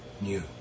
new